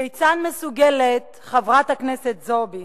כיצד מסוגלת חברת הכנסת זועבי